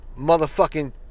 motherfucking